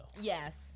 Yes